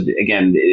again